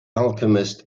alchemist